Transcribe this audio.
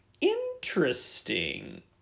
Interesting